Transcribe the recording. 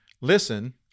listen